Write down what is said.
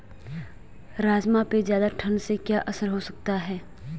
राजमा पे ज़्यादा ठण्ड से क्या असर हो सकता है?